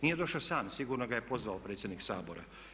Nije došao sam, sigurno ga je pozvao predsjednik Sabora.